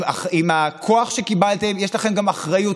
עם הכוח שקיבלתם יש לכם גם אחריות,